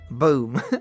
Boom